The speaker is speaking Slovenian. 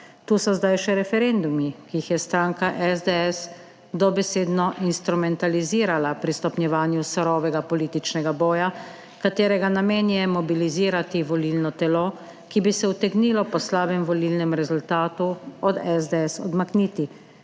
Tu so zdaj še referendumi, ki jih je stranka SDS dobesedno instrumentalizirala pri stopnjevanju surovega političnega boja, katerega namen je mobilizirati volilno telo, ki bi se utegnilo po slabem volilnem rezultatu od SDS odmakniti